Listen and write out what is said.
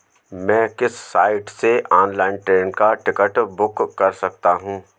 मैं किस साइट से ऑनलाइन ट्रेन का टिकट बुक कर सकता हूँ?